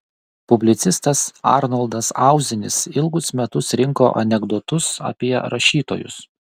publicistas arnoldas auzinis ilgus metus rinko anekdotus apie rašytojus